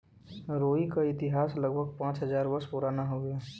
रुई क इतिहास लगभग पाँच हज़ार वर्ष पुराना हउवे